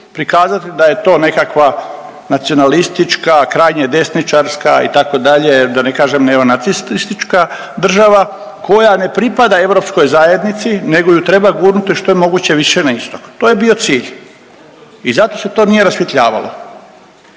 prikazati da je to nekakva nacionalistička, krajnje desničarska, itd., da ne kažem neonacistička država koja ne pripada europskoj zajednici nego ju treba gurnuti što je moguće više na istok. To je bio cilj. I zato se to nije rasvjetljavalo.